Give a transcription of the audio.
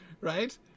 right